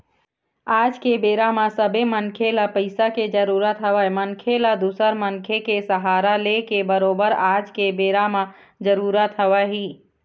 आज के बेरा म सबे मनखे ल पइसा के जरुरत हवय मनखे ल दूसर मनखे के सहारा लेके बरोबर आज के बेरा म जरुरत हवय ही